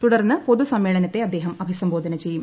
തുടർന്ന് പൊതുസമ്മേളനത്തെ അദ്ദേഹം അഭിസംബോധന ചെയ്യും